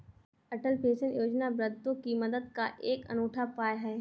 अटल pension योजना वृद्धों की मदद का एक अनूठा उपाय है